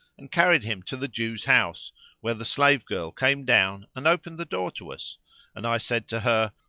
and carried him to the jew's house where the slave girl came down and opened the door to us and i said to her,